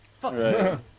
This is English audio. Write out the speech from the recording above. Fuck